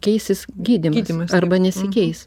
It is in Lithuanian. keisis gydymas arba nesikeis